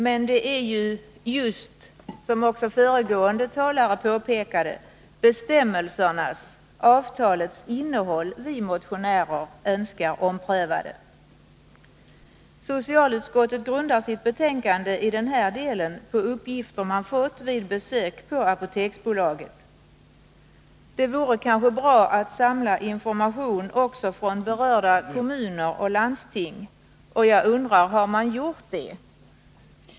Men det är just - som också föregående talare påpekade — bestämmelsernas, avtalets, innehåll som vi motionärer önskar få omprövade. Socialutskottet grundar sitt betänkande i den här delen på uppgifter som man har fått vid besök på Apoteksbolaget. Det vore kanske bra att samla information också från berörda kommuner och landsting. Jag undrar: Har man gjort det?